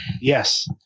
Yes